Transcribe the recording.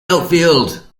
outfield